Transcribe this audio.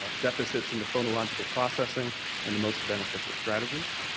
ah deficits in the phonological processing and the most beneficial strategies.